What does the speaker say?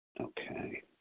Okay